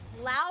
loud